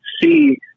see